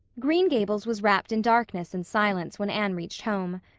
green gables was wrapped in darkness and silence when anne reached home.